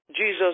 Jesus